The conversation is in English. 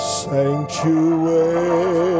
sanctuary